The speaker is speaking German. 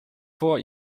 vor